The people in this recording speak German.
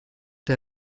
der